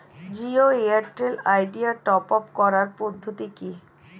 Jio Airtel Idea top up করার পদ্ধতি কি?